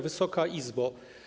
Wysoka Izbo!